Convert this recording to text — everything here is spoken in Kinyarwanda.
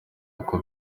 uko